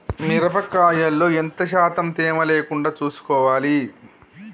మిరప కాయల్లో ఎంత శాతం తేమ లేకుండా చూసుకోవాలి?